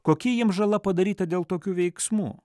kokie jiems žala padaryta dėl tokių veiksmų